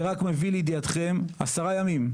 זה רק מביא לידיעתכם, עשרה ימים.